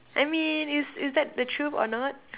I mean is is that the truth or not